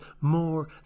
more